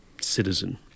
citizen